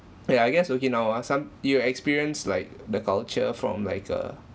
yeah I guess okinawa some you'll experience like the culture from like a